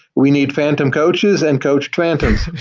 we need phantom coaches and coach phantoms.